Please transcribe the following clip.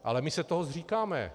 Ale my se toho zříkáme.